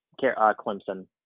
Clemson